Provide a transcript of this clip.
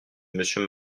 monsieur